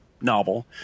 novel